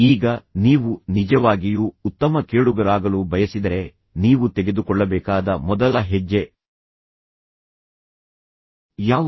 ಈಗ ನೀವು ನಿಜವಾಗಿಯೂ ಉತ್ತಮ ಕೇಳುಗರಾಗಲು ಬಯಸಿದರೆ ನೀವು ತೆಗೆದುಕೊಳ್ಳಬೇಕಾದ ಮೊದಲ ಹೆಜ್ಜೆ ಯಾವುದು